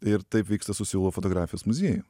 ir taip vyksta su seulo fotografijos muzieju